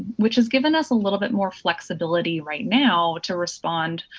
which has given us a little bit more flexibility right now to respond